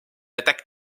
attaque